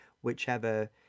whichever